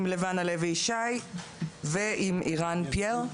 עם לבנה לוי שי ועם ערן פייר.